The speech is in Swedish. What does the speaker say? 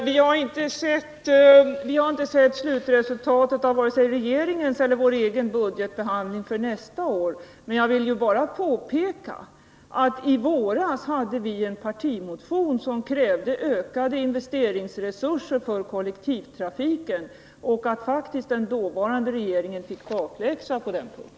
Herr talman! Vi har inte sett slutresultatet av vare sig regeringens eller vår egen budgetbehandling för nästa år. Jag vill bara påpeka att vi i våras väckte en partimotion, där vi krävde ökade investeringsresurser för kollektivtrafiken, och att den dåvarande regeringen faktiskt fick bakläxa på den punkten.